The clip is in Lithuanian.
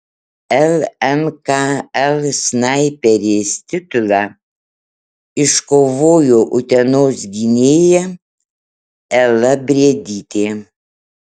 lmkl snaiperės titulą iškovojo utenos gynėja ela briedytė